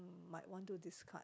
might want to discard